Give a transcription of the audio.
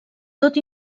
tot